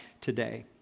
today